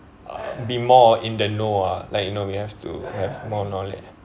uh be more in the know ah like you know we have to have more knowledge